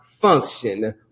function